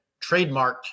trademarked